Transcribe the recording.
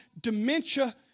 dementia